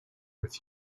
with